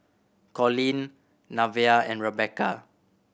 Colleen Nevaeh and Rebecca